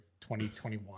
2021